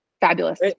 fabulous